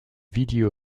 video